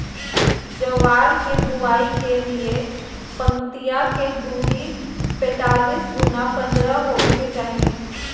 ज्वार के बुआई के लिए पंक्तिया के दूरी पैतालीस गुना पन्द्रह हॉवे के चाही